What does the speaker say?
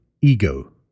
ego